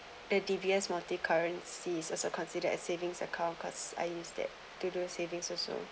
the D_B_S multi currencies also considered as savings account cause I used that to do savings also